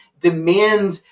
demand